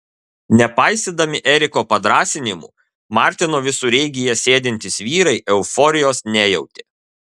nepaisydami eriko padrąsinimų martino visureigyje sėdintys vyrai euforijos nejautė